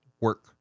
work